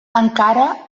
encara